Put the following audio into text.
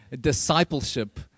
discipleship